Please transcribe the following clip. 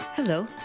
Hello